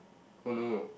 oh no